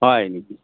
হয় নেকি